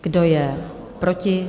Kdo je proti?